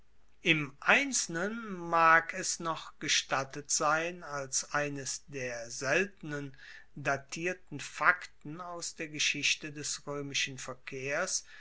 im einzelnen mag es noch gestattet sein als eines der seltenen datierten fakten aus der geschichte des roemischen verkehrs